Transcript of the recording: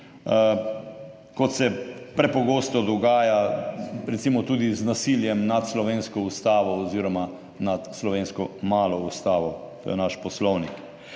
kot se prepogosto dogaja recimo tudi z nasiljem nad slovensko ustavo oziroma nad slovensko malo ustavo, to je naš poslovnik.